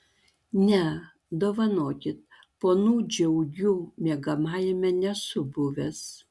ne dovanokit ponų džiaugių miegamajame nesu buvęs